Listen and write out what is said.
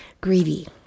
Greedy